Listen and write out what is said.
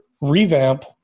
revamp